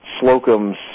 Slocum's